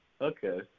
okay